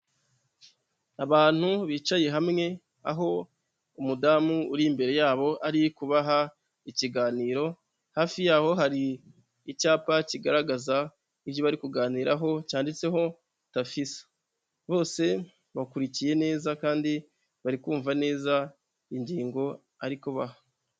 Abantu bicaye hamwe, aho umudamu uri imbere yabo ari kubaha ikiganiro, hafi yabo hari icyapa kigaragaza ibyo bari kuganiraho cyanditseho Tafisa bose bakurikiye neza kandi bari kumba neza ingingo ari kubaha.